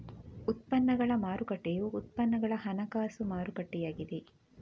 ಉತ್ಪನ್ನಗಳ ಮಾರುಕಟ್ಟೆಯು ಉತ್ಪನ್ನಗಳ ಹಣಕಾಸು ಮಾರುಕಟ್ಟೆಯಾಗಿದೆ